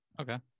Okay